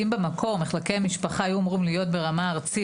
אם במקור מחלקי המשפחה היו אמורים להיות ברמה ארצית,